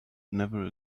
never